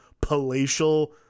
palatial